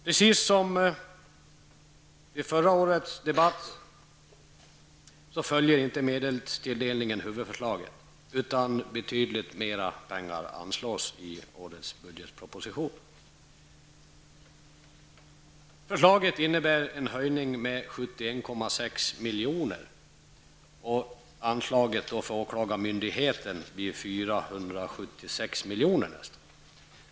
Precis som förra året följer inte heller i år medelstilldelningen huvudförslaget, utan det anslås betydligt mera pengar i årets budgetproposition. Anslaget till åklagarmyndigheten blir då sammantaget nästan 476 milj.kr.